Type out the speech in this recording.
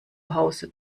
hause